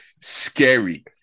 scary